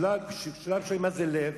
שואלים מה זה "לב",